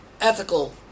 ethical